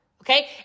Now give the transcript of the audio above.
Okay